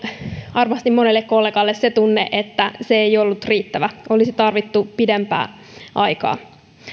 varmasti monelle kollegalle se tunne että se ei ollut riittävä olisi tarvittu pidempi aika